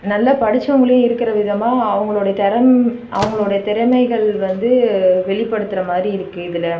நல்ல படிச்சவங்களே இருக்கிற விதமாக அவங்களோட திறம் அவங்களோட திறமைகள் வந்து வெளிப்படுத்துற மாரி இருக்கு இதில்